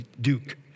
Duke